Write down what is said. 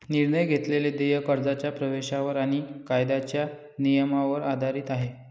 निर्णय घेतलेले देय कर्जाच्या प्रवेशावर आणि कायद्याच्या नियमांवर आधारित आहे